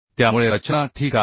त्यामुळे रचना ठीक आहे